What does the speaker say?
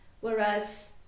whereas